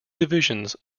divisions